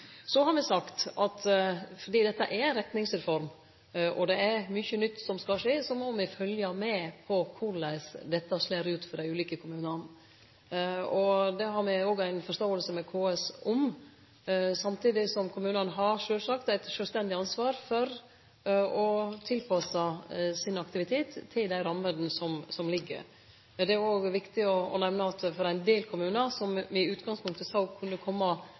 me sagt at fordi dette ei retningsreform, og det er mykje nytt som skal skje, må me følgje med på korleis dette slår ut for dei ulike kommunane. Det har me òg ei forståing med KS om, samtidig som kommunane sjølvsagt har eit sjølvstendig ansvar for å tilpasse aktiviteten sin til dei rammene som ligg der. Det er òg viktig å nemne at for ein del kommunar, som me i utgangspunktet såg kunne